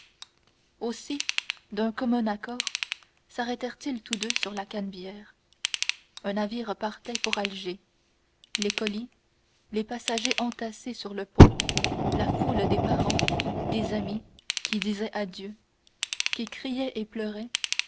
aussi d'un commun accord sarrêtèrent ils tous deux sur la canebière un navire partait pour alger les colis les passagers entassés sur le pont la foule des parents des amis qui disaient adieu qui criaient et pleuraient